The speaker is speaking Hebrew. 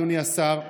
אדוני השר,